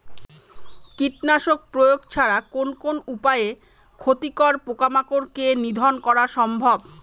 কীটনাশক প্রয়োগ ছাড়া কোন কোন উপায়ে ক্ষতিকর পোকামাকড় কে নিধন করা সম্ভব?